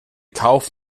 kauf